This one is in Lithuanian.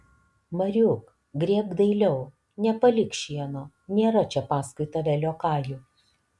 mariuk grėbk dailiau nepalik šieno nėra čia paskui tave liokajų